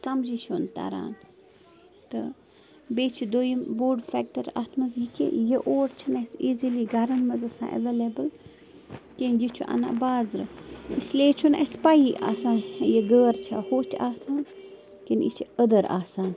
سَمجی چھُنہٕ تَران تہٕ بیٚیہِ چھِ دۄیِم بوٚڑ فٮ۪کٹَر اَتھ منٛز یہِ کہِ یہِ اوٹ چھُنہٕ اَسہِ ایٖزِلی گَرَن منٛز آسان اٮ۪وَلیبٕل کیٚنٛہہ یہِ چھُ اَنان بازرٕ اسلیے چھُنہٕ اَسہِ پَیی آسان یہِ گٲر چھےٚ ہوٚچھ آسان کِنہٕ یہِ چھِ أدٕر آسان